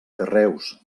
carreus